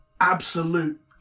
absolute